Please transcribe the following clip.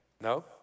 No